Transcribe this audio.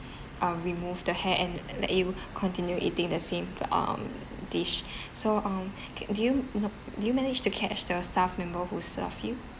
um remove the hair and let you continue eating the same um dish so um ca~ do you know did you manage to catch the staff member who served you